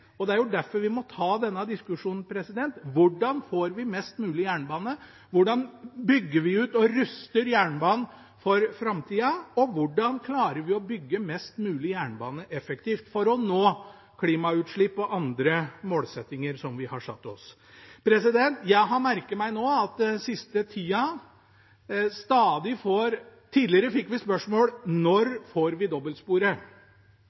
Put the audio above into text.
Det er derfor vi må ta denne diskusjonen: Hvordan får vi mest mulig jernbane? Hvordan bygger vi ut og ruster opp jernbanen for framtida, og hvordan klarer vi å bygge mest mulig jernbane effektivt for å nå klimautslipp og andre målsettinger som vi har satt oss? Tidligere fikk vi spørsmål om når vi får dobbeltsporet. Jeg har merket meg at den siste tida får vi spørsmål om vi